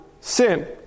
sin